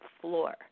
floor